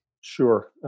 Sure